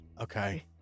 Okay